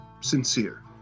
sincere